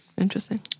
Interesting